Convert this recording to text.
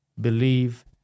believe